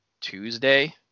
tuesday